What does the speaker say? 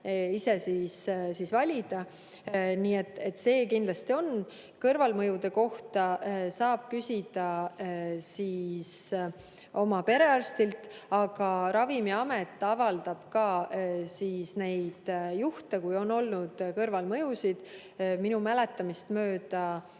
ise valida. Nii see kindlasti on. Kõrvalmõjude kohta saab küsida oma perearstilt, aga Ravimiamet avaldab ka neid juhte, kui on olnud kõrvalmõjusid. Minu mäletamist mööda